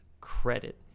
credit